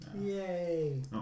Yay